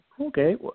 Okay